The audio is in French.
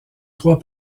trois